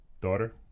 daughter